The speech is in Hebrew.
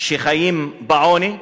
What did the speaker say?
שחיים בעוני,